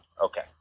Okay